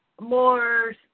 more